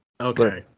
Okay